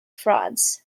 frauds